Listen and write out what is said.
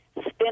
spin